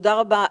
תודה רבה,